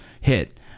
hit